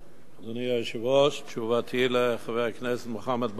אדוני היושב-ראש, תשובתי לחבר הכנסת מוחמד ברכה,